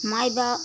माई बा